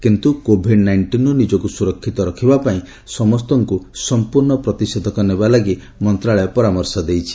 କିନ୍ତୁ କୋଭିଡ୍ ନାଇଷ୍ଟିନ୍ରୁ ନିଜକୁ ସୁରକ୍ଷିତ ରଖିବାପାଇଁ ସମସ୍ତଙ୍କୁ ସମ୍ପର୍ଣ୍ଣ ପ୍ରତିଷେଧକ ନେବାଲାଗି ମନ୍ତ୍ରଣାଳୟ ପରାମର୍ଶ ଦେଇଛି